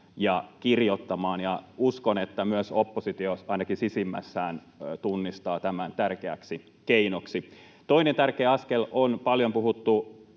ja kirjoittamaan, ja uskon, että myös oppositio ainakin sisimmässään tunnistaa tämän tärkeäksi keinoksi. Toinen tärkeä askel on paljon puhuttu